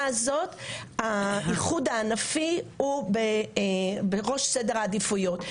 הזאת האיחוד הענפי הוא בראש סדר העדיפויות.